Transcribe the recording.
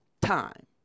time